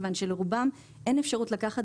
מכיוון שלרובם אין בכלל אפשרות לקחת